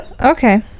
Okay